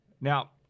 Now